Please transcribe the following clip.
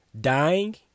dying